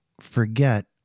forget